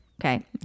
Okay